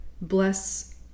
bless